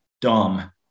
dumb